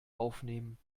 aufnehmen